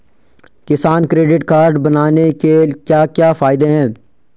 किसान credit card बनाने के क्या क्या फायदे हैं?